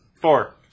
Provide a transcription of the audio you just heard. Four